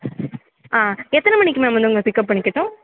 ஆ எத்தனை மணிக்கு மேம் வந்து உங்களை பிக்அப் பண்ணிக்கட்டும்